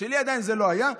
שלי עדיין לא היה.